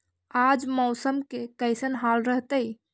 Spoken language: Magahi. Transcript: आज मौसम के कैसन हाल रहतइ?